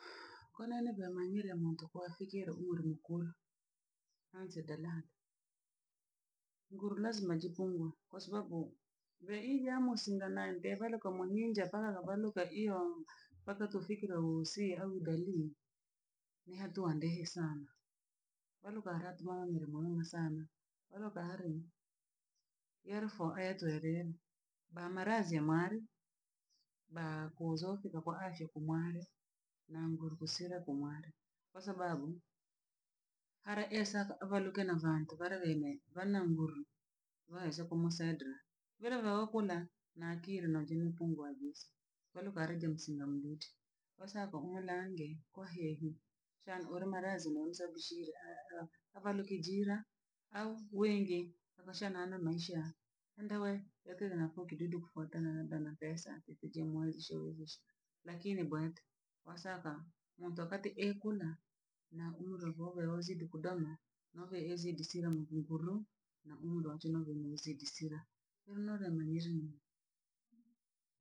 konene vyamanyire muntu kwa asikero ure mkuru ansedera nguru razima jipungue kwa sababu vee ivya musinge na devaroka moninja para ravaroka iyo mpaka tufikiro usi au dalii, nihatu handehe sana. Varuka haratuma miromoromo sana aroka hare yerufo eye twreme, bhamarazye mware ba kozokiva kwa ashe komare na nguru kusira ko mware, kwasababu hara esaka avaruke na vantu vare vene nguru waze kumsaidra vire vaokura nakirino je mpungu wa gisa kwarukareja msinga mruti. Osaka olange kohehyi shano oro marazi mumsababishire. Abharoki jira au wingi akashana na maisha, andawe yake kenakuwa kidudu kofuatana labda na pesa epije mwezesha mwezesha. Lakini bwata wasaka muntu akate ekura na uro bhobhe uzidi kudono no bhe ezidi sira nguru na urochono vene uzidi sira enora manyirino.